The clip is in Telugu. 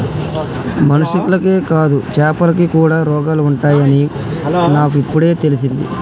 మనుషులకే కాదు చాపలకి కూడా రోగాలు ఉంటాయి అని నాకు ఇపుడే తెలిసింది